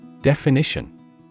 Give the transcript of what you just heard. Definition